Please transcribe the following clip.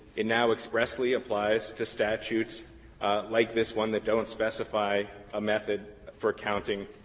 it now expressly applies to statutes like this one that don't specify a method for counting